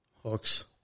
Hooks